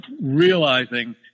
realizing